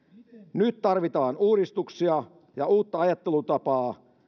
nyt tarvitaan uudistuksia ja uutta ajattelutapaa